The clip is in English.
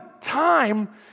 time